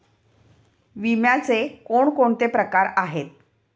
विम्याचे कोणकोणते प्रकार आहेत?